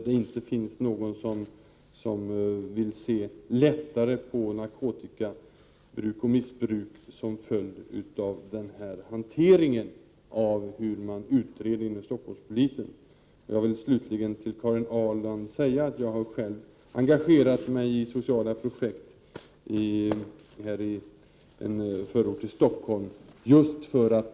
Det finns inte någon som vill se lättare på narkotikabruk och missbruk som följd av denna hantering av utredningen inom Stockholmspolisen. Slutligen vill jag till Karin Ahrland säga att jag själv har engagerat mig i sociala projekt i en förort till Stockholm.